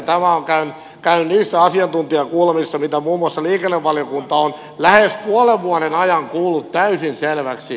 tämä on käynyt niissä asiantuntijakuulemisissa mitä muun muassa liikennevaliokunta on lähes puolen vuoden ajan kuullut täysin selväksi